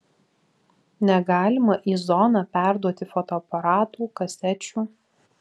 negalima į zoną perduoti fotoaparatų kasečių